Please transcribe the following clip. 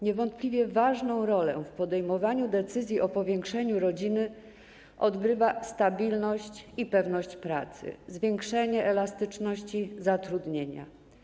Niewątpliwie ważną rolę w podejmowaniu decyzji o powiększeniu rodziny odgrywa stabilność i pewność pracy, zwiększenie elastyczności zatrudnienia.